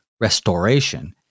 restoration